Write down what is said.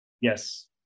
Yes